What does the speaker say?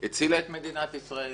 הצילה את מדינת ישראל